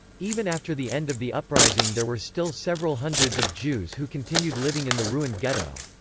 even after the end of the uprising there were still several hundreds of jews who continued living in the ruined ghetto.